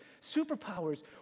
Superpowers